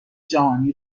جهانی